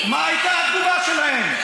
הם התנגדו, מה הייתה התגובה שלהם.